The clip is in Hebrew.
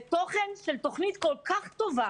זה תוכן של תכנית כל כך טובה